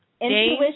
Intuition